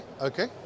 Okay